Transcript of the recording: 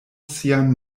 sian